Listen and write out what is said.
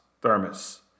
thermos